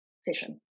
session